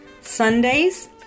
Sundays